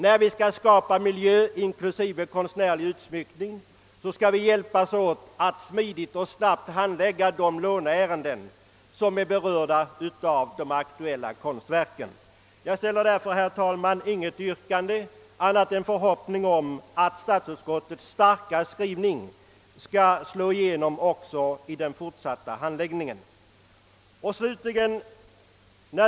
När det gäller att skapa miljö med konstnärlig utsmyckning bör alla berörda hjälpas åt att smidigt och snabbt handlägga de låneärenden som berör konstverken i fråga. Herr talman! Jag ställer inget yrkande utan hoppas bara att statsutskottets starka skrivning skall slå igenom vid den fortsatta handläggningen.